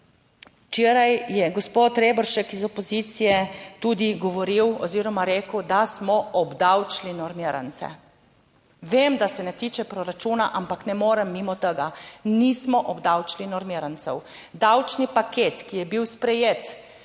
Včeraj je gospod Reberšek iz opozicije tudi govoril oziroma rekel, da smo obdavčili normirance. Vem, da se ne tiče proračuna, ampak ne morem mimo tega. Nismo obdavčili normirancev. Davčni paket, ki je bil sprejet,